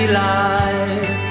life